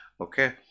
Okay